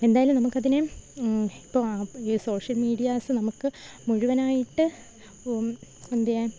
എന്തായാലും നമുക്കതിനെ ഇപ്പോള് ഈ സോഷ്യൽ മീഡിയാസ് നമുക്ക് മുഴുവനായിട്ട് എന്ത്യാന്